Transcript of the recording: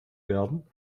werden